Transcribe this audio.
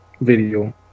video